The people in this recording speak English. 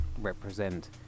represent